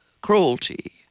cruelty